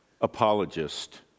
apologist